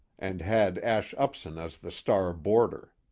and had ash upson as the star boarder.